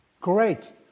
Great